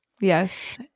yes